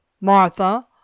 Martha